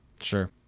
Sure